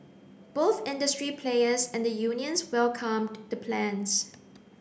both industry players and the unions welcomed the plans